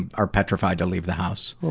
are petrified to leave the house.